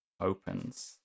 opens